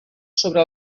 sobre